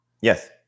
Yes